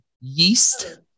yeast